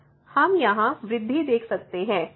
हम यहाँ वृद्धि देख सकते हैं